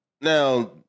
now